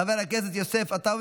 חבר הכנסת עופר כסיף,